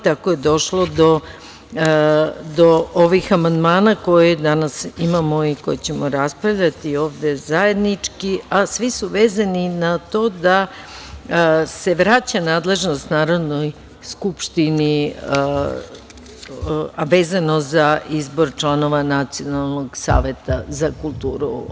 Tako je došlo do ovih amandmana koje danas imamo i o kojima ćemo raspravljati ovde zajednički, a svi su vezani na to da se vraća nadležnost Narodnoj skupštini, vezano za izbor članova Nacionalnog saveta za kulturu.